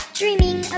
dreaming